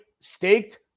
staked